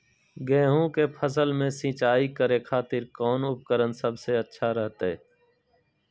गेहूं के फसल में सिंचाई करे खातिर कौन उपकरण सबसे अच्छा रहतय?